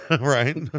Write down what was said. right